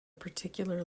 particular